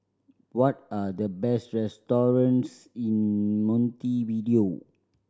what are the best restaurants in Montevideo